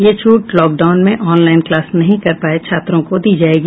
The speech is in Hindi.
ये छूट लॉकडाउन में ऑनलाइन क्लास नहीं कर पाये छात्रों की दी जायेगी